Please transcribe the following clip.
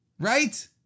Right